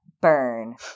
burn